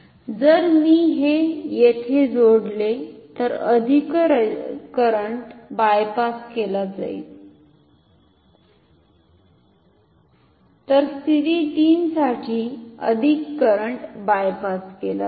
जर मी हे येथे जोडले तर अधिक करंट बायपास केला जाईल तर स्थिती 3 साठी अधिक करंट बायपास केला जाईल